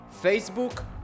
facebook